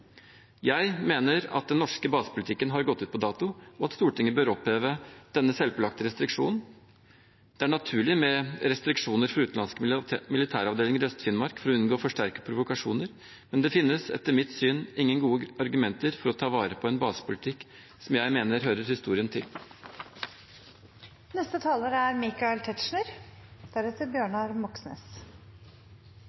Jeg mener at den norske basepolitikken har gått ut på dato, og at Stortinget bør oppheve denne selvpålagte restriksjonen. Det er naturlig med restriksjoner for utenlandske militæravdelinger i Øst-Finnmark for å unngå for sterke provokasjoner, men det finnes etter mitt syn ingen gode argumenter for å ta vare på en basepolitikk som jeg mener hører historien til. Jeg vil fortsette der forrige taler slapp, nemlig med at det er